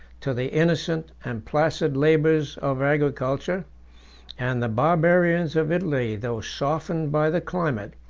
to the innocent and placid labors of agriculture and the barbarians of italy, though softened by the climate,